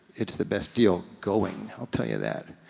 it's the best deal going, i'll tell you that.